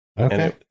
Okay